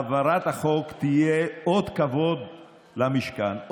העברת החוק תהיה אות כבוד למשכן.